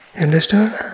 understood